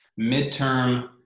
midterm